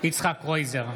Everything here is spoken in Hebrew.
יצחק קרויזר,